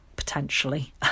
potentially